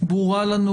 ברורה לנו